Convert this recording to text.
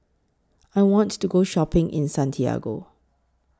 I want to Go Shopping in Santiago